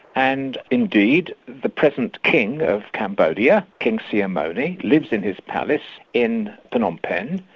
and indeed, the present king of cambodia, king sihamoni, lives in his palace in phnom penh,